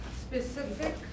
Specific